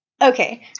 Okay